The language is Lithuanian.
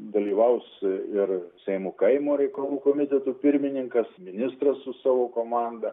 dalyvaus ir seimo kaimo reikalų komiteto pirmininkas ministras su savo komanda